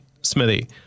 Smithy